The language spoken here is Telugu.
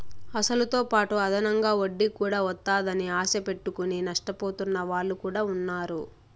అసలుతోపాటు అదనంగా వడ్డీ కూడా వత్తాదని ఆశ పెట్టుకుని నష్టపోతున్న వాళ్ళు కూడా ఉన్నారు